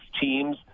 teams